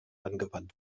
angewandt